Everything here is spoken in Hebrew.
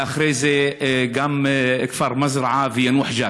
ואחרי זה גם הכפר מזרעה ויאנוח-ג'ת.